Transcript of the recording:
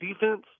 defense